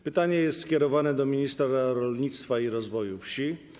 Pytanie jest skierowane do ministra rolnictwa i rozwoju wsi.